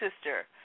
sister